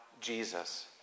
Jesus